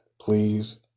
Please